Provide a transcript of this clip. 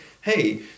hey